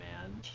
man